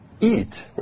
eat